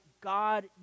God